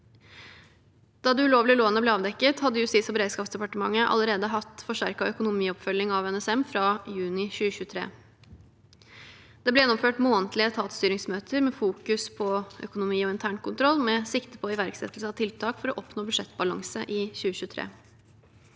Da det ulovlige lånet ble avdekket, hadde Justis- og beredskapsdepartementet allerede hatt forsterket økonomioppfølging av NSM fra juni 2023. Det ble gjennomført månedlige etatsstyringsmøter med fokus på økonomi- og internkontroll, med sikte på iverksettelse av tiltak for å oppnå budsjettbalanse i 2023.